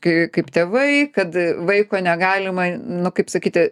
kai kaip tėvai kad vaiko negalima nu kaip sakyti